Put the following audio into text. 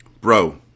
Bro